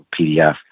PDF